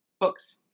Books